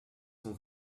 sont